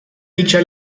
dicha